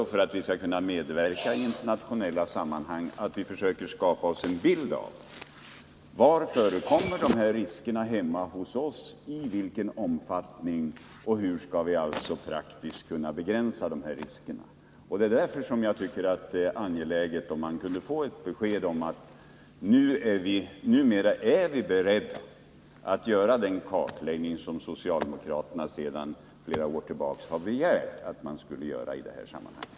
Och om vi skall kunna medverka i internationella sammanhang måste vi först skapa oss en bild av var de här riskerna förekommer hemma hos oss, i vilken omfattning de förekommer och hur vi praktiskt skall kunna begränsa dem. Därför tycker jag det är angeläget att vi får ett klart besked av jordbruksministern om han numera är beredd att föranstalta om den kartläggning som socialdemokraterna sedan flera år tillbaka har begärt att man skall göra i det här sammanhanget.